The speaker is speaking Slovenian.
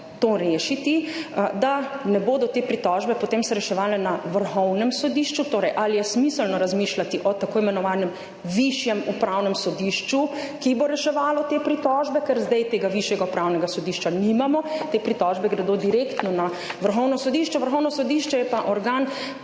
to rešiti, da se ne bodo te pritožbe potem reševale na Vrhovnem sodišču, torej ali je smiselno razmišljati o tako imenovanem višjem upravnem sodišču, ki bo reševalo te pritožbe. Ker zdaj tega višjega upravnega sodišča nimamo, te pritožbe gredo direktno na Vrhovno sodišče, Vrhovno sodišče je pa organ,